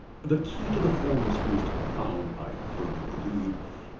the key to the whole mystery is to be found, i firmly believe,